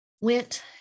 Went